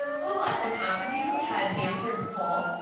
little less than half of you have answered the poll,